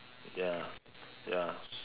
ya ya